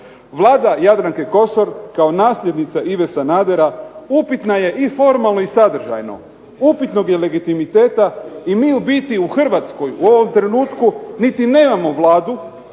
Vlada Jadranke Kosor kao nasljednica Ive Sanadera upitna je i formalno i sadržajno. Upitnog je legitimiteta i mi u biti u Hrvatskoj u ovom trenutku niti nemamo Vladu